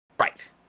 Right